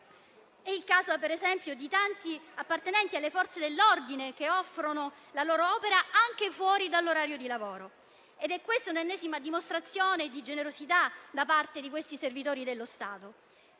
è il caso, ad esempio, di tanti appartenenti alle Forze dell'ordine, che offrono la loro opera anche fuori dall'orario di lavoro. Ed è questa un'ennesima dimostrazione di generosità da parte di questi servitori dello Stato.